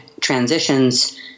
transitions